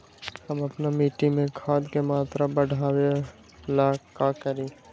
हम अपना मिट्टी में खाद के मात्रा बढ़ा वे ला का करी?